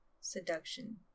seduction